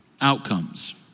outcomes